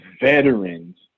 veterans